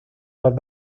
los